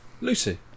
Lucy